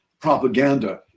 propaganda